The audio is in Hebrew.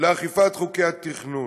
לאכיפת חוקי התכנון,